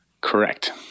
Correct